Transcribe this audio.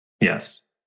Yes